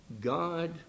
God